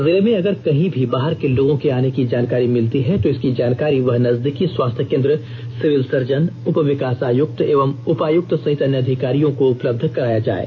जिले में अगर कहीं भी बाहर के लोगों के आने की जानकारी मिलती है तो इसकी जानकारी वह नजदीकी स्वास्थ्य केंद्र सिविल सर्जन उप विकास आयुक्त एवं उपायुक्त सहित अन्य अधिकारियों को उपलब्ध कराया जाये